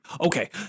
Okay